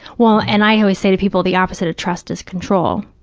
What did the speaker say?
well, and i always say to people, the opposite of trust is control.